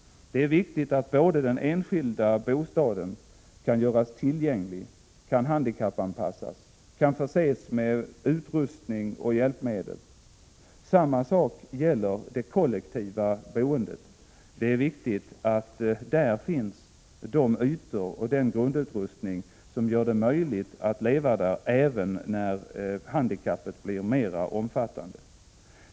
Det är viktigt att både den enskilda bostaden kan göras tillgänglig, kan handikappanpassas och kan förses med utrustning och hjälpmedel. Samma sak gäller det kollektiva boendet. Det är viktigt att där finns de ytor och den grundutrustning som gör det möjligt att leva där även när handikappet blir mer omfattande.